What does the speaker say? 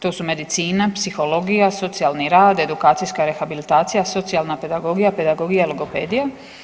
To su medicina, psihologija, socijalni rad, edukacijska rehabilitacija, socijalna pedagogija, pedagogija logopedija.